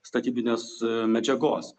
statybinės medžiagos